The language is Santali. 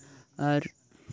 ᱟᱨ